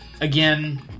again